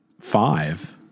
five